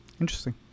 interesting